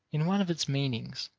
in one of its meanings,